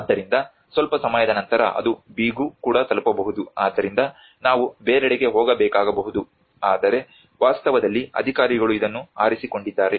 ಆದ್ದರಿಂದ ಸ್ವಲ್ಪ ಸಮಯದ ನಂತರ ಅದು B ಗೂ ಕೂಡ ತಲುಪಬಹುದು ಆದ್ದರಿಂದ ನಾವು ಬೇರೆಡೆಗೆ ಹೋಗಬೇಕಾಗಬಹುದು ಆದರೆ ವಾಸ್ತವದಲ್ಲಿ ಅಧಿಕಾರಿಗಳು ಇದನ್ನು ಆರಿಸಿಕೊಂಡಿದ್ದಾರೆ